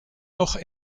noch